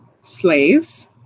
slaves